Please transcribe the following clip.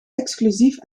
exclusief